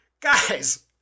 Guys